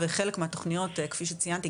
וחלק מהתוכניות כפי שציינתי,